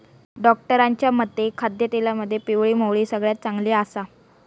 डॉक्टरांच्या मते खाद्यतेलामध्ये पिवळी मोहरी सगळ्यात चांगली आसा